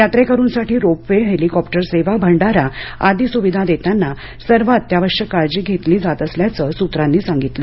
यात्रेकरूंसाठी ropeway helicopter सेवा आणि भंडारा आदी सुविधा देतांना सर्व अत्यावश्यक काळजी घेतली जात असल्याचं सूत्रांनी सांगितलं